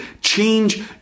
change